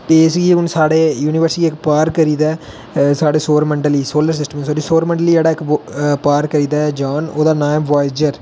space गी हून साढ़े युनिवर्स गी पार करी गेदा ऐ साढ़े सौर मंडल गी सोलर सिस्टम सारी सौर मंडल जेह्ड़़ा इक पार करी गेदा ऐ जान ओह्दा नां ऐ बायज़र